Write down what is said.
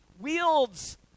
wields